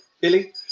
Billy